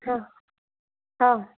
ह हा